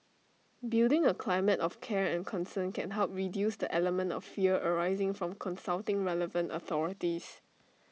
building A climate of care and concern can help reduce the element of fear arising from consulting relevant authorities